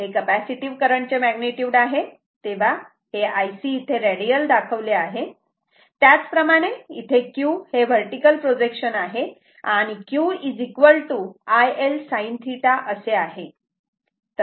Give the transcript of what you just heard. तेव्हा हे Ic इथे रेडियल दाखवले आहे त्याच प्रमाणे इथे q हे व्हर्टिकल प्रोजेक्शन आहे आणि q IL sin θ असे आहे